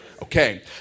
Okay